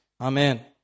Amen